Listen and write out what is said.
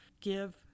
give